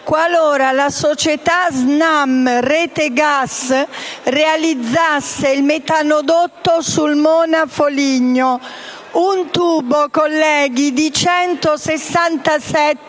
qualora la società Snam Rete Gas realizzasse il metanodotto Sulmona-Foligno, un tubo di 167